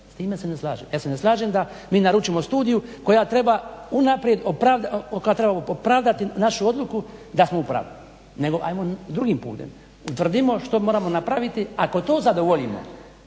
s time se ne slažem. Ja se ne slažem da mi naručimo studiju koja treba unaprijed pravdati našu odluku da smo u pravu. Nego ajmo drugim putem, utvrdimo što moramo napraviti, ako to zadovoljimo